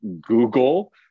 Google